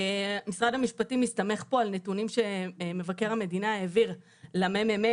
משרד המשפטים מסתמך פה על נתונים שמבקר המדינה העביר לממ"מ